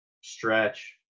stretch